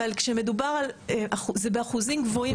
אבל זה באחוזים גבוהים.